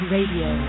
Radio